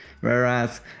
whereas